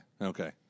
okay